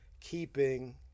Keeping